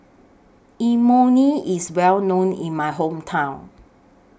Imoni IS Well known in My Hometown